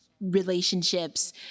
relationships